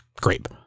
grape